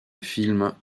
films